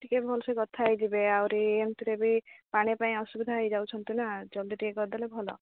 ଟିକେ ଭଲସେ କଥା ହେଇଯିବେ ଆହୁରି ଏମିତିରେ ବି ପାଣି ପାଇଁ ଅସୁବିଧା ହେଇଯାଉଛନ୍ତି ନା ଜଲଦି ଟିକେ କରିଦେଲେ ଭଲ